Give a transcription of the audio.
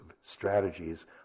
strategies